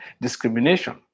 discrimination